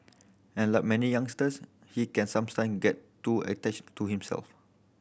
and like many youngsters he can get too attached to himself